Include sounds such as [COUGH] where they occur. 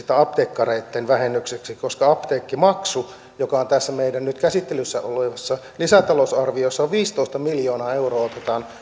[UNINTELLIGIBLE] tai apteekkareitten vähennykseksi koska apteekkimaksu joka on tässä meidän nyt käsittelyssä olevassa lisätalousarviossa ja on viisitoista miljoonaa euroa otetaan